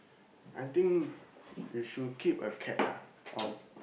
I think you should keep a cat ah or